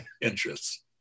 interests